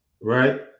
right